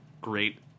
great